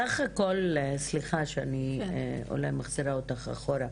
סך הכל, סליחה שאני אולי מחזירה אותך אחורה.